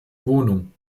wohnung